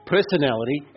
Personality